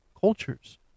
cultures